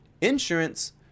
Insurance